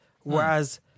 Whereas